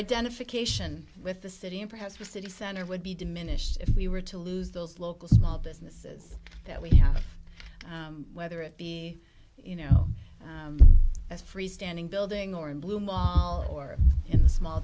identification with the city and perhaps the city center would be diminished if we were to lose those local small businesses that we have whether it be you know as freestanding building or in blue wall or in the small